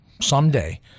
someday